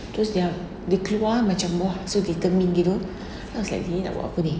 terus yang dia keluar macam !wah! so determined gitu I was like dia ni nak buat apa ni